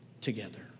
together